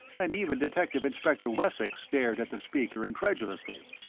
and even detective-inspector wessex stared at the speaker incredulously.